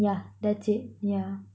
yeah that's it yeah